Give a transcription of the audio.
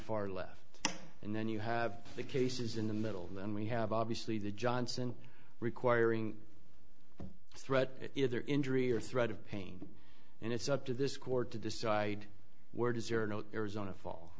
far left and then you have the cases in the middle and then we have obviously the johnson requiring threat either injury or threat of pain and it's up to this court to decide where does your note arizona fall